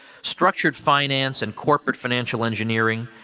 structured finance, and corporate financial engineering,